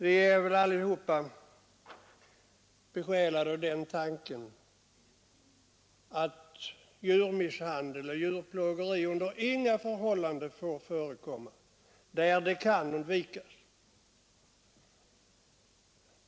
Vi är väl alla besjälade av tanken att djurmisshandel och djurplågeri under inga förhållanden får förekomma, där det kan undvikas.